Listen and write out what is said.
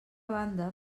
banda